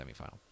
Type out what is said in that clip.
semifinal